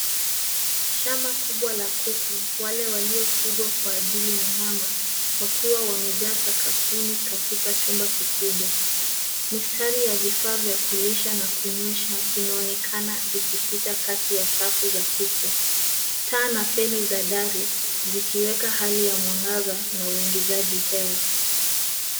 Shamba kubwa la kuku wale waliofunwa kwa ajili ya nyama wakiwa wamejaa sakafuni katika chumba kikubwa. Mistari ya vifaa vya kulisha na kunywesha vinaonekana vikipita kati ya safu za kuku, taa na feni ya dari zikiweka hali ya mwangaza na uingizaji hewa.